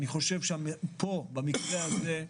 במקרה הזה,